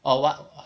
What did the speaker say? orh what